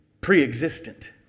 pre-existent